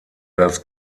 das